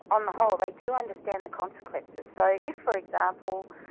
on the whole, they do understand the consequences. so if, for example,